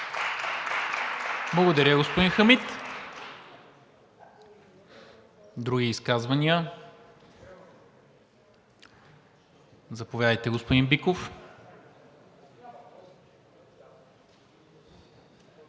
Благодаря, господин Хамид. Други изказвания? Заповядайте, господин Биков.